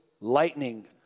lightning